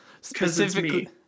Specifically